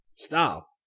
Stop